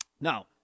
Now